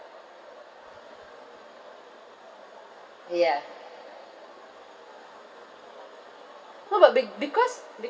ya what about be~ because